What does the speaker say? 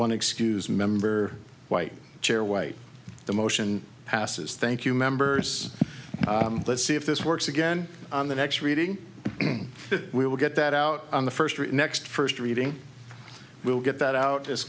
one excuse member white chair white the motion passes thank you members let's see if this works again on the next reading we will get that out on the first next first reading we'll get that out as